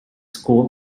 school